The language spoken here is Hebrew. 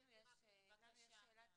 לנו יש שאלה מהותית: